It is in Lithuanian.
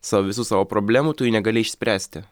sa visų savo problemų tu jų negali išspręsti